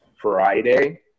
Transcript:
Friday